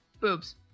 boobs